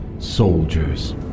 Soldiers